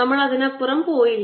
നമ്മൾ അതിനപ്പുറം പോയില്ല